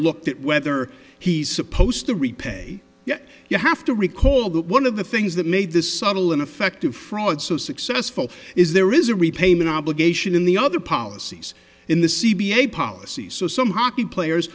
looked at whether he's supposed to repay yet you have to recall that one of the things that made this subtle ineffective fraud so successful is there is a repayment obligation in the other policies in the c b i policy so some hockey players